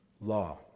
law